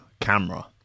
camera